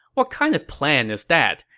what kind of plan is that?